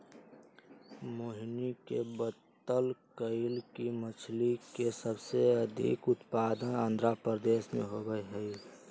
मोहिनी ने बतल कई कि मछ्ली के सबसे अधिक उत्पादन आंध्रप्रदेश में होबा हई